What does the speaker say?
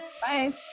Bye